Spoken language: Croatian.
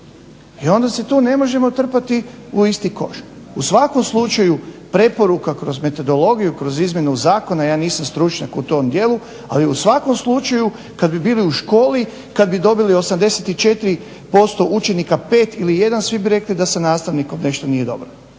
I onda se tu ne možemo trpati u isti koš. U svakom slučaju preporuka kroz metodologiju i kroz izmjenu zakona, ja nisam stručnjak u tom dijelu, ali u svakom slučaju kad bi bili u školi, kad bi dobili 84% učenika 5 ili 1 svi bi rekli da sa nastavnikom nešto nije dobro.